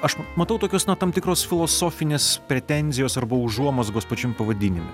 aš matau tokios na tam tikros filosofinės pretenzijos arba užuomazgos pačiam pavadinime